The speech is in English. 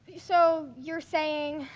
so you're saying?